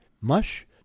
mush